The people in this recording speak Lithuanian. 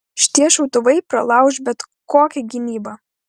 šitie šautuvai pralauš bet kokią gynybą